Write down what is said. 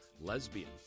Lesbian